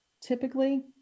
Typically